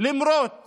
למרות